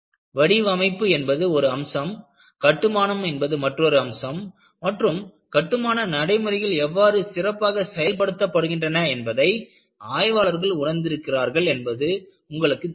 வடிவமைப்பு என்பது ஒரு அம்சம் கட்டுமானம் மற்றொரு அம்சம் மற்றும் கட்டுமான நடைமுறைகள் எவ்வளவு சிறப்பாக செயல்படுத்தப்படுகின்றன என்பதை ஆய்வாளர்கள் உணர்ந்திருக்கிறார்கள் என்பது உங்களுக்குத் தெரியும்